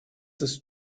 ist